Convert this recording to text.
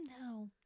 No